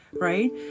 right